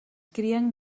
crien